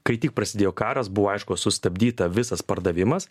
kai tik prasidėjo karas buvo aišku sustabdyta visas pardavimas